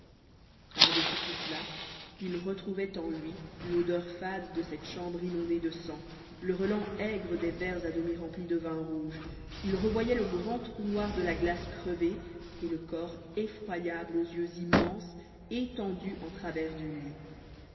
par-dessus tout cela il retrouvait en lui l'odeur fade de cette chambre inondée de sang le relent aigre des verres à demi remplis de vin rouge il revoyait le grand trou noir de la glace crevée et le corps effroyable aux yeux immenses étendu en travers du lit